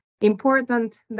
important